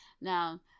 Now